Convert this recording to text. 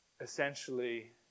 essentially